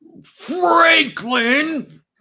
franklin